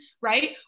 right